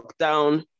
lockdown